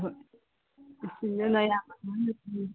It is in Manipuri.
ꯍꯣꯏ ꯍꯣꯏ ꯏꯁꯇꯤꯜꯁꯨ ꯂꯩ